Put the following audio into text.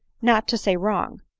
not to say wrong.